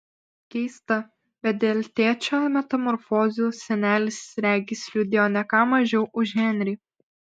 keista bet dėl tėčio metamorfozių senelis regis liūdėjo ne ką mažiau už henrį